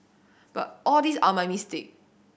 but all these are my mistake